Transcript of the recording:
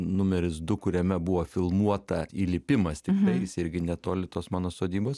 numeris du kuriame buvo filmuota įlipimas tiktai jis irgi netoli tos mano sodybos